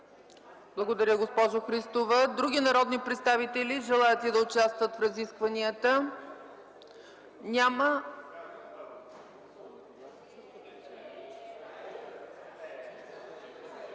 Благодаря, госпожо Христова. Други народни представители желаят ли да участват в разискванията? –